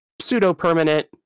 pseudo-permanent